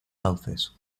sauces